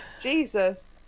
Jesus